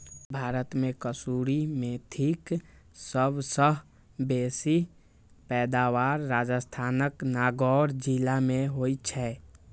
भारत मे कसूरी मेथीक सबसं बेसी पैदावार राजस्थानक नागौर जिला मे होइ छै